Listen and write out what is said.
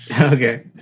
Okay